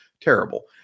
terrible